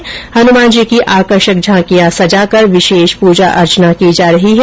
भगवान हनुमान जी की आकर्षक झांकिया संजाकर विशेष पुजा अर्चना की जा रही है